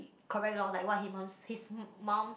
correct lor like what he mum's his mum's